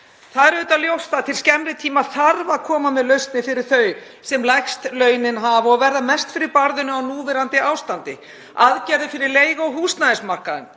Það er auðvitað ljóst að til skemmri tíma þarf að koma með lausnir fyrir þau sem lægst launin hafa og verða mest fyrir barðinu á núverandi ástandi, aðgerðir fyrir leigu- og húsnæðismarkaðinn,